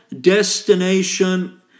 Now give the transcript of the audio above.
destination